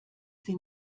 sie